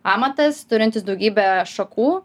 amatas turintis daugybę šakų